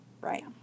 Right